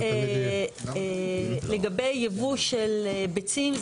לגבי ייבוא של ביצים,